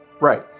right